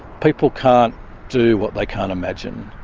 people can't do what they can't imagine,